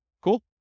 Cool